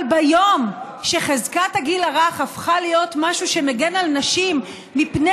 אבל ביום שחזקת הגיל הרך הפכה להיות משהו שמגן על נשים מפני